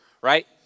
right